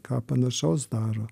ką panašaus daro